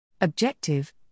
Objective